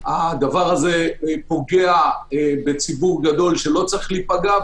הדבר הזה פוגע בציבור מאוד גדול שלא צריך להיפגע,